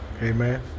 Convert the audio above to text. Amen